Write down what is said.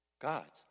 God's